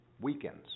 weekends